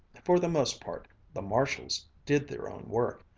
for the most part, the marshalls did their own work,